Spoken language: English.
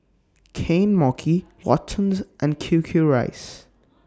Kane Mochi Watsons and Q Q Rice